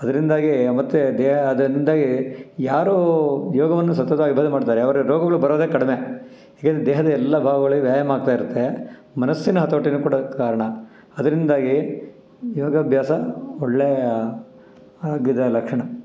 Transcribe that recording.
ಅದರಿಂದಾಗಿ ಮತ್ತು ದೇಹ ಅದರಿಂದಾಗಿ ಯಾರು ಯೋಗವನ್ನು ಸತತವಾಗಿ ಡೈಲಿ ಮಾಡ್ತಾರೆ ಅವರಿಗೆ ರೋಗಗಳು ಬರೋದೆ ಕಡಿಮೆ ಇದರಿಂದ ದೇಹದ ಎಲ್ಲ ಭಾಗಗಳಿಗ್ ವ್ಯಾಯಾಮ ಆಗ್ತಾಯಿರುತ್ತೆ ಮನಸ್ಸಿನ ಹತೋಟಿ ಕೂಡ ಕಾರಣ ಅದರಿಂದಾಗಿ ಯೋಗಾಭ್ಯಾಸ ಒಳ್ಳೆಯ ಆರೋಗ್ಯದ ಲಕ್ಷಣ